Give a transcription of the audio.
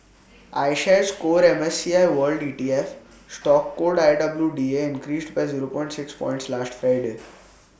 iShares core M S C I world E T F stock code I W D A increased by zero point six points last Friday